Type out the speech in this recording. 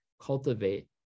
cultivate